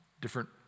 Different